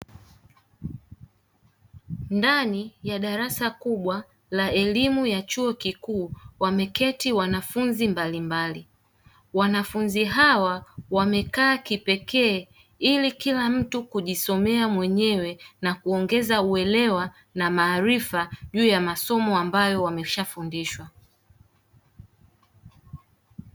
Ndani ya darasa kubwa la elimu ya chuo kikuu, wameketi wanafunzi mbalimbali. Wanafunzi hawa wamekaa kipekee ili kila mtu kujisomea mwenyewe na kuongeza uelewa na maarifa juu ya masomo ambayo wameshafundishwa.